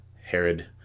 Herod